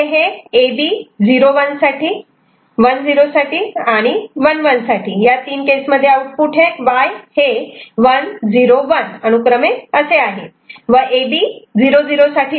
इथे हे A B 0 1 साठी 1 0 साठी आणि 1 1 साठी या 3 केसमध्ये आउटपुट Y हे 1 0 1 असे आहे व A B 0 0 साठी ते C' असे आहे